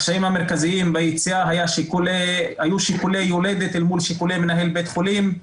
הקשיים המרכזיים ביציאה היו שיקולי יולדת אל מול שיקולי מנהל בית חולים,